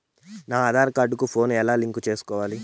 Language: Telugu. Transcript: నా ఆధార్ కార్డు కు ఫోను ను ఎలా లింకు సేసుకోవాలి?